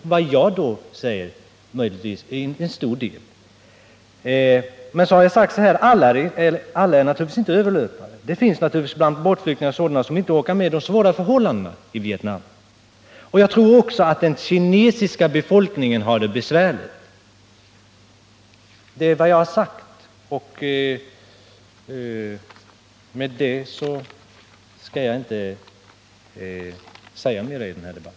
Jag säger då att det finns en stor del av dem. Alla är naturligtvis inte överlöpare. Det finns naturligtvis bland båtflyktingarna många som inte orkar med de svåra förhållandena i Vietnam. Jag tror också att den kinesiska befolkningen har det besvärligt. Det är vad jag har sagt, och därmed har jag inte något mer att säga i denna debatt.